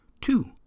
Two